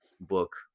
book